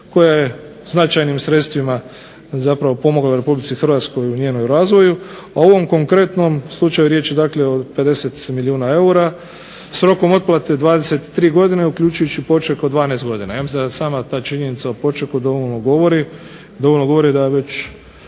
koja je značajnim sredstvima pomogla RH u njenom razvoju. U ovom konkretnom slučaju dakle riječ je o 50 milijuna eura, s rokom otplate 23 godine uključujući poček od 12 godina. Ja mislim da sama ta činjenica o počeku dovoljno govori, dovoljno govori da je već